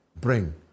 Bring